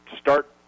start